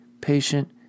patient